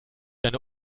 eine